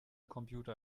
computer